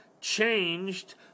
changed